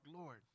Lord